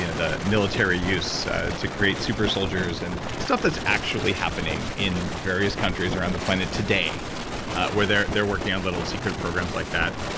you know the military use to create super soldiers and stuff that's actually happening in various countries around the planet today where they're they're working on little secret programs like that.